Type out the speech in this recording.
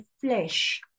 flesh